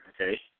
Okay